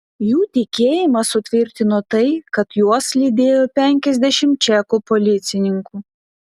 jų tikėjimą sutvirtino tai kad juos lydėjo penkiasdešimt čekų policininkų